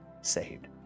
saved